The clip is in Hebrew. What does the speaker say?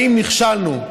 אם נכשלנו,